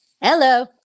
Hello